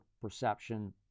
perception